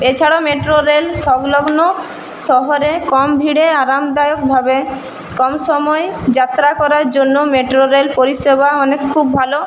এছাড়াও metro rail সংলগ্ন শহরে কম ভিড়ে আরামদায়কভাবে কম সময়ে যাত্রা করার জন্য মেট্রো রেল পরিষেবা অনেক খুব ভালো